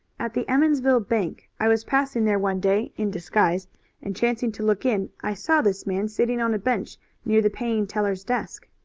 at the emmonsville bank. i was passing there one day in disguise and, chancing to look in, i saw this man sitting on a bench near the paying teller's desk.